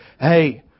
hey